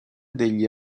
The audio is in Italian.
degli